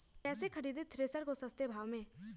कैसे खरीदे थ्रेसर को सस्ते भाव में?